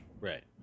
Right